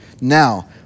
Now